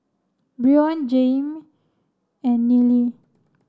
Brion Jayme and Neely